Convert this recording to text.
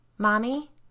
Mommy